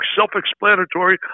self-explanatory